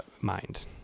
mind